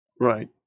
Right